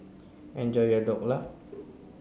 enjoy your Dhokla